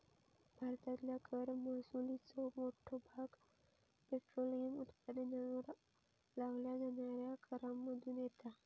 भारतातल्या कर महसुलाचो मोठो भाग पेट्रोलियम उत्पादनांवर लावल्या जाणाऱ्या करांमधुन येता